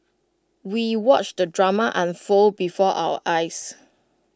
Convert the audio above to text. we watched the drama unfold before our eyes